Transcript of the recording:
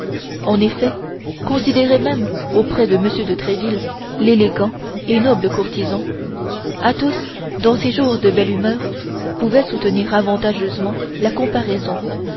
en effet considéré même auprès de m de tréville l'élégant et noble courtisan athos dans ses jours de belle humeur pouvait soutenir avantageusement la comparaison